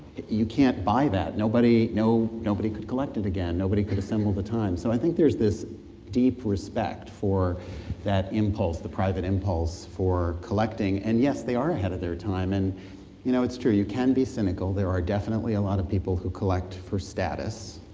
you can't buy that, nobody could collect it again. nobody could assemble the time, so i think there's this deep respect for that impulse, the private impulse for collecting. and yes, they are ahead of their time, and you know it's true you can be cynical. there are definitely a lot of people who collect for status,